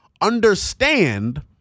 understand